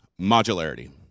modularity